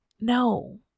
No